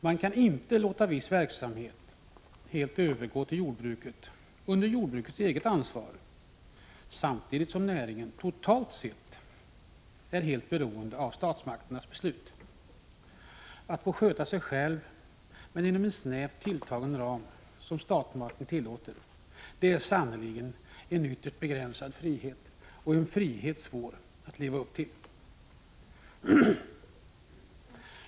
Man kan inte låta viss verksamhet helt övergå till jordbruket under jordbrukets eget ansvar, samtidigt som näringen totalt sett är helt beroende av statsmakternas beslut. Att få sköta sig själv men inom den snävt tilltagna ram som statsmakterna tillåter är sannerligen en ytterst begränsad frihet, en frihet svår att leva upp till.